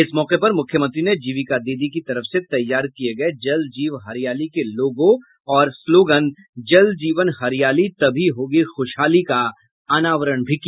इस मौके पर मुख्यमंत्री ने जीविका दीदी की तरफ से तैयार किये गये जल जीव हरियाली के लोगो और स्लोगन जल जीवन हरियाली तभी होगी खूशहाली का अनावरण भी किया